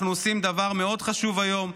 אנחנו עושים דבר מאוד חשוב היום.